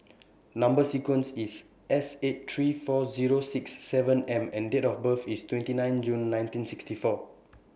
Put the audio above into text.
Number sequence IS S eight three four Zero six seven nine M and Date of birth IS twenty nine June nineteen sixty four